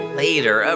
later